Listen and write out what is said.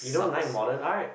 you don't like modern art